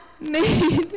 made